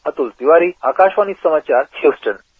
अतुल तिवारी आकाशवाणी समाचार ह्यूस्टन